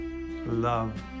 love